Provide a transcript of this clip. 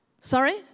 Sorry